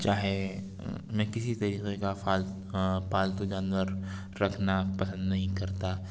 چاہے میں کسی طریقے کا فال پالتو جانور رکھنا پسند نہیں کرتا